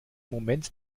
moment